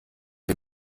wir